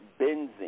benzene